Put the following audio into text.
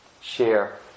share